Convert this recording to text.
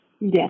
yes